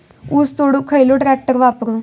ऊस तोडुक खयलो ट्रॅक्टर वापरू?